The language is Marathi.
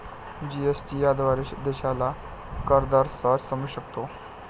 जी.एस.टी याद्वारे देशाला कर दर सहज समजू शकतो